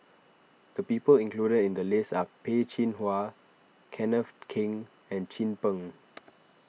the people included in the list are Peh Chin Hua Kenneth Keng and Chin Peng